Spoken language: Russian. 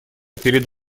перед